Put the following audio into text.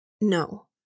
No